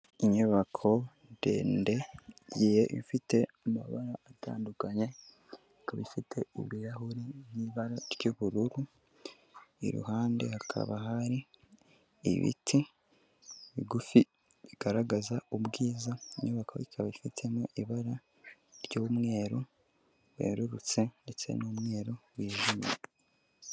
Inyubako ndende igiye ifite amabara atandukanye, ikaba ifite ibirahuri n'ibara ry'ubururu, iruhande hakaba hari ibiti bigufi bigaragaza ubwiza, inyubako ikaba ifitemo ibara ry'umweru wererutse ndetse n'umweru wijimye.